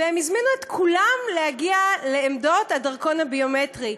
והם הזמינו את כולם להגיע לעמדות הדרכון הביומטרי.